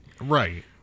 Right